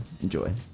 enjoy